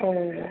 ओ